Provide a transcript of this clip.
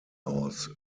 aus